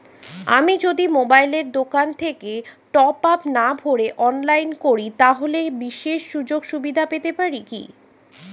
আমি যদি মোবাইলের দোকান থেকে টপআপ না ভরে অনলাইনে করি তাহলে বিশেষ সুযোগসুবিধা পেতে পারি কি?